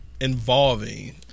involving